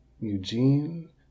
Eugene